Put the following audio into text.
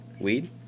Weed